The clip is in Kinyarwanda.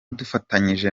dufatanyije